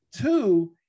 Two